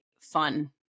fun